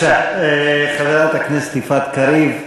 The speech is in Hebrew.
בבקשה, חברת הכנסת יפעת קריב.